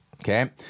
Okay